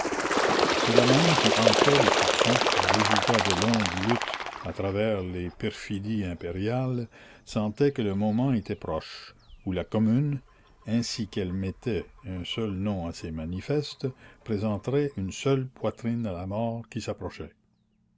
ceux-là mêmes que hantait le soupçon résultat de longues luttes à travers les perfidies impériales sentaient que le moment était proche où la commune ainsi qu'elle mettait un seul nom à ses manifestes présenterait une seule poitrine à la mort qui s'approchait